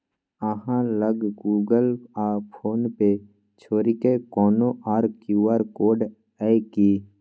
अहाँ लग गुगल आ फोन पे छोड़िकए कोनो आर क्यू.आर कोड यै कि?